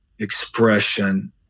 expression